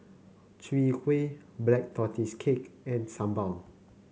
Chwee Kueh Black Tortoise Cake and sambal